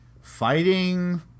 Fighting